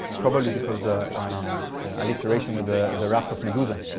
probably because the alliteration with the the raft of medusa,